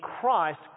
Christ